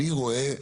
אני רואה בהם,